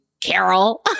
Carol